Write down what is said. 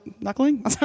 knuckling